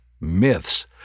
myths